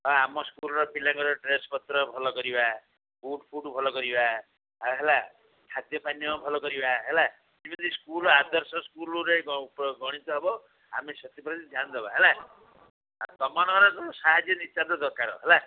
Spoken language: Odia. ଆଉ ଆମ ସ୍କୁଲ୍ର ପିଲାଙ୍କର ଡ୍ରେସ୍ ପତ୍ର ଭଲ କରିବା ବୁଟ୍ ଫୁଟ ଭଲ କରିବା ଆଉ ହେଲା ଖାଦ୍ୟ ପାନୀୟ ଭଲ କରିବା ହେଲା ଯେମିତି ସ୍କୁଲ୍ ଆଦର୍ଶ ସ୍କୁଲ୍ରେ ଗଣିତ ହେବ ଆମେ ସେଥିପ୍ରତି ଧ୍ୟାନ ଦେବା ହେଲା ତାପରେ ତୁମମାନଙ୍କର ସାହାଯ୍ୟ ନିତାନ୍ତ ଦରକାର ହେଲା